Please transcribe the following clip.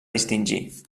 distingir